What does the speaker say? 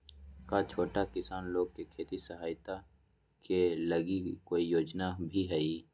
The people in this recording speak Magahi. का छोटा किसान लोग के खेती सहायता के लगी कोई योजना भी हई?